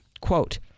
quote